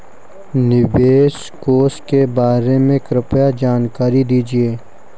निवेश कोष के बारे में कृपया जानकारी दीजिए